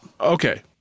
Okay